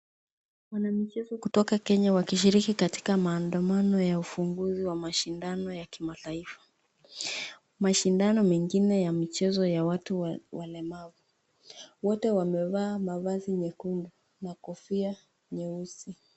Wanamichezo kutoka Kenya wakishiriki katika maandamano ya ufunguzi wa mashindano ya kimataifa . Mashindano mengine ya michezo ya watu walemavu . Wote wamevaa mavazi mekundu na kofia nyeusi .